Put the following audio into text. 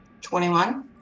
21